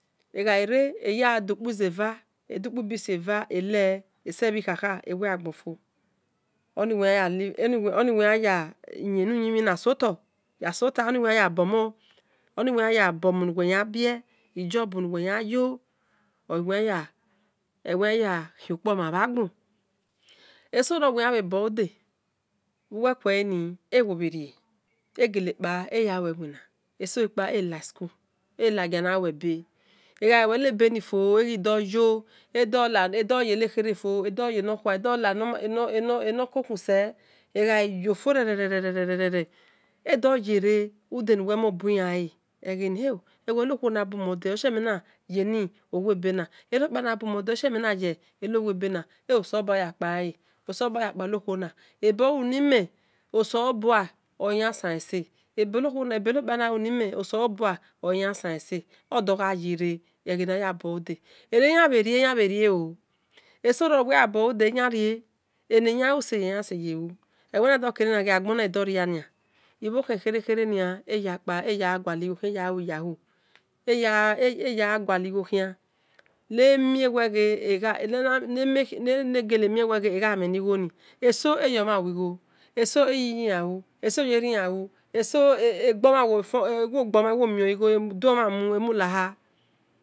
Ega ghi re edi ukpu ize eva ukpo e beans eva ese bhi kha-kha ewe agbon fo ani uwe yanyah yin eni yumhin so tor oni uwe yan ya bomon nuwe yan bhe sob nuwe yan yo ole uwe yan yakhi on kpo mhan bhagbo eso ro nuwe yan bhe buolude egele rie ege lekpa eya lue iwina eso ro ekpa eghi la school egia ina lue ebe egha lue ene bo ni fo enokhua bhi eno khere se edho yi ene ude nuwe bui yan le ewe eni okhu one bui yan ude eni okpiana bume de oleshie mhe na yi eno webe na esalobua ya kpale oboluni me osalobua ole yan sea-se odogha yere eghe na ya buode eneyan bherie yanbhe rie oo eso ro eni eyan lu ole ya se ye lu olesie uue nadho kere agbon na ghi dho ria ibhokhan kere kere nia eye gha lue yahoo negele mien we ghe egha mhe emi igho ni eso egi yo mhan lugho eso eyi iyila lu eso eyi eriyan lu eso egbon mhan emula-oha